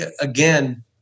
again